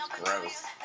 gross